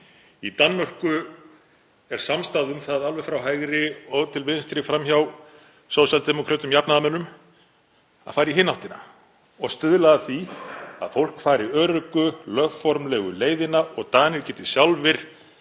Í Danmörku er samstaða um það alveg frá hægri til vinstri, fram hjá sósíaldemókrötum, jafnaðarmönnum, að fara í hina áttina og stuðla að því að fólk fari öruggu, lögformlegu leiðina og Danir geti sjálfir